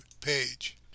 page